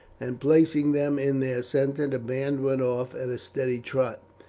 and, placing them in their centre, the band went off at a steady trot,